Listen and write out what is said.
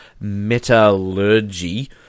Metallurgy